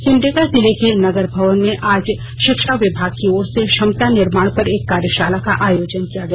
सिमडेगा जिले के नगर भवन में आज शिक्षा विभाग की ओर से क्षमता निर्माण पर एक कार्यशाला का आयोजन किया गया